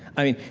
i mean,